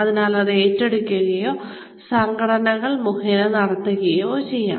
അതിനാൽ അത് ഏറ്റെടുക്കുകയോ സംഘടനകൾ മുഖേന നടത്തുകയോ ചെയ്യാം